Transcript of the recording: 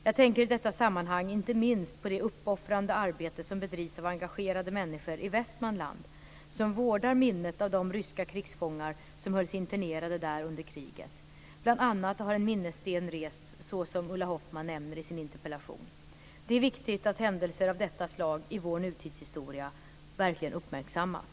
Jag tänker i detta sammanhang inte minst på det uppoffrande arbete som bedrivs av engagerade människor i Västmanland som vårdar minnet av de ryska krigsfångar som hölls internerade där under kriget. Bl.a. har en minnessten rests, såsom Ulla Hoffmann nämner i sin interpellation. Det är viktigt att händelser av detta slag i vår nutidshistoria verkligen uppmärksammas.